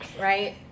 right